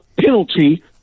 penalty